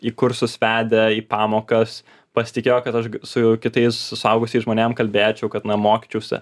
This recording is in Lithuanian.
į kursus vedė į pamokas pasitikėjo kad aš su kitais suaugusiais žmonėm kalbėčiau kad na mokyčiausi